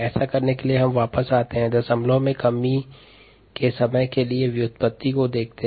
ऐसा करने के लिए दशमलव में कमी का समय के व्युत्पन्न को देखते हैं